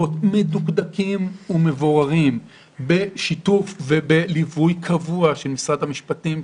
מדוקדקים ומבוררים בשיתוף ובליווי קבוע של משרד המשפטים,